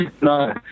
No